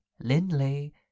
Lindley